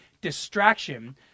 distraction